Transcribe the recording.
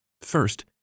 First